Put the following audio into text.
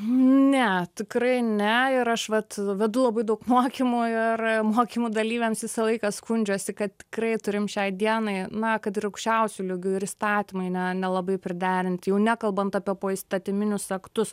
ne tikrai ne ir aš vat vedu labai daug mokymo ir mokymų dalyviams visą laiką skundžiasi kad tikrai turime šiai dienai na kad ir aukščiausiu lygiu ir įstatymai ne nelabai priderinti jau nekalbant apie poįstatyminius aktus